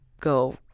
go